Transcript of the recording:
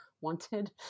wanted